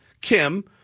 Kim